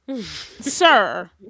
Sir